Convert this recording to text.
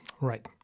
Right